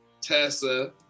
Tessa